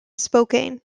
spokane